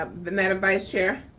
the madam vice chair?